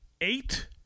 eight